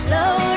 Slow